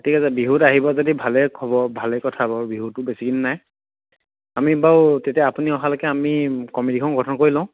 ঠিক আছে বিহুত আহিব যদি ভালেই খব ভালেই কথা বাৰু বিহুটো বেছিদিন নাই আমি বাৰু তেতিয়া আপুনি অহালৈকে আমি কমিটিখন গঠন কৰি লওঁ